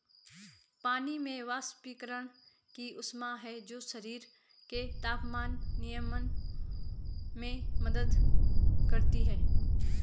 पानी में वाष्पीकरण की ऊष्मा है जो शरीर के तापमान नियमन में मदद करती है